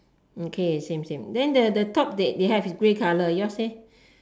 okay same same the top they have is grey colour